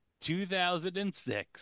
2006